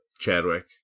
Chadwick